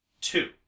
two